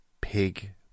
pig